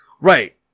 Right